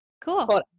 Cool